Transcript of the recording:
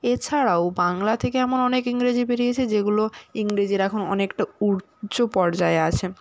এছাড়াও বাংলা থেকে এমন অনেক ইংরাজি বেরিয়েছে যেগুলো ইংরেজির এখন অনেকটা উচ্চ পর্যায়ে আছে